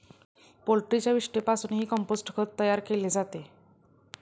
पोल्ट्रीच्या विष्ठेपासूनही कंपोस्ट खत तयार केले जाते